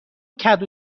کدو